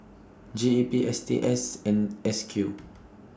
G E P S T S and S Q